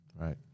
Right